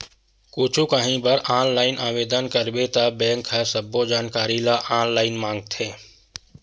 कुछु काही बर ऑनलाईन आवेदन करबे त बेंक ह सब्बो जानकारी ल ऑनलाईन मांगथे